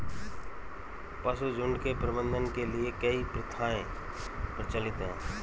पशुझुण्ड के प्रबंधन के लिए कई प्रथाएं प्रचलित हैं